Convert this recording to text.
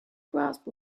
grasp